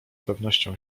pewnością